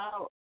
out